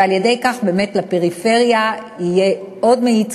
ועל-ידי כך באמת לפריפריה יהיו עוד מאיץ